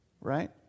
Right